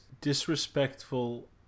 disrespectful